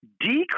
decrease